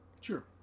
sure